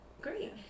great